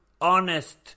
honest